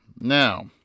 Now